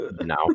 no